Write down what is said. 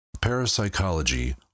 Parapsychology